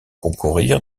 concourir